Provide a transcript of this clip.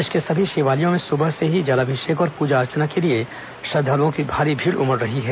प्रदेश के सभी शिवालयों में सुबह से ही जलाभिषेक और पूजा अर्चना के लिए श्रद्वालुओं की भारी भीड़ उमड़ रही है